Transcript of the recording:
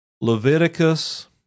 Leviticus